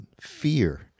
fear